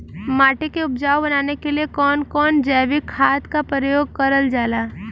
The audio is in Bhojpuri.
माटी के उपजाऊ बनाने के लिए कौन कौन जैविक खाद का प्रयोग करल जाला?